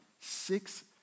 six